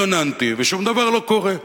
התלוננתי, ושום דבר לא קורה.